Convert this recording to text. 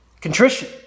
contrition